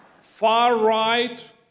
Far-right